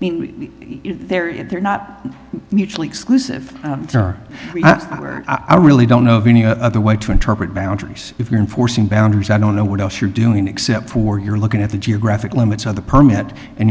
there and they're not mutually exclusive i really don't know of any other way to interpret boundaries if you're in forcing boundaries i don't know what else you're doing except for you're looking at the geographic limits of the permit and